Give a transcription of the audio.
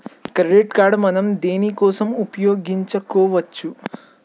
Credit card మనం దేనికోసం ఉపయోగించుకోవచ్చు?